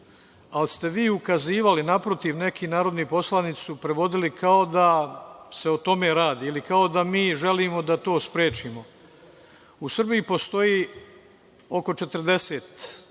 ali ste vi ukazivali, naprotiv neki narodni poslanici su prevodili kao da se o tome radi ili kao da mi želimo da to sprečimo.U Srbiji postoji oko 40,